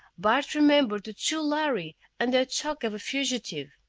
bart remembered the two lhari and their talk of a fugitive.